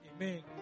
Amen